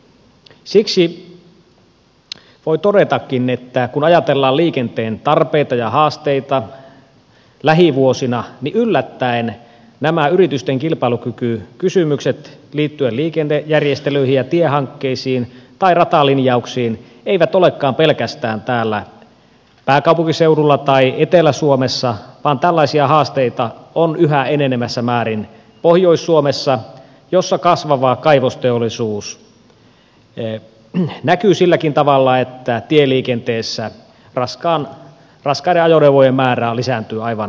siksi voi todetakin että kun ajatellaan liikenteen tarpeita ja haasteita lähivuosina niin yllättäen nämä yritysten kilpailukykykysymykset liittyen liikennejärjestelyihin ja tiehankkeisiin tai ratalinjauksiin eivät olekaan pelkästään täällä pääkaupunkiseudulla tai etelä suomessa vaan tällaisia haasteita on yhä enenevässä määrin pohjois suomessa jossa kasvava kaivosteollisuus näkyy silläkin tavalla että tieliikenteessä raskaiden ajoneuvojen määrä lisääntyy aivan dramaattisesti